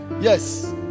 yes